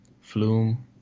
Flume